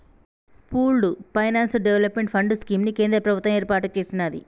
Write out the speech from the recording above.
pooled finance development fund scheme ని కేంద్ర ప్రభుత్వం ఏర్పాటు చేసినాది